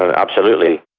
ah absolutely.